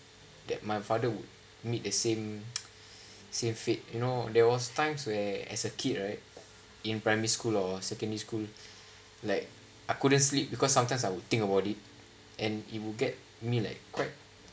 that my father would meet the same same fit you know there was times where as a kid right in primary school or secondary school like I couldn't sleep because sometimes I would think about it and it will get me like quite